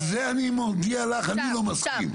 אז שה אני מודיע לך, אני לא מסכים.